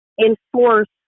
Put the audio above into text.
enforce